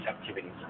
activities